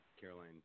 Caroline